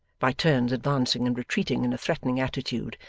by turns advancing and retreating in a threatening attitude,